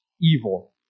evil